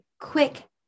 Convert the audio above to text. quick